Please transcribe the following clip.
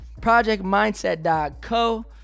projectmindset.co